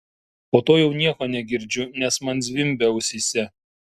po to jau nieko negirdžiu nes man zvimbia ausyse